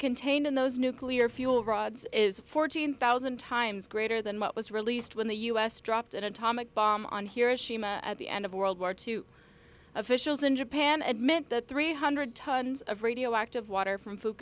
contained in those nuclear fuel rods is fourteen thousand times greater than what was released when the u s dropped an atomic bomb on hiroshima at the end of world war two officials in japan admit that three hundred tons of radioactive water from f